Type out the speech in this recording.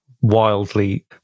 wildly